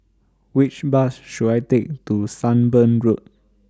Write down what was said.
Which Bus should I Take to Sunbird Road